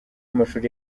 amashuri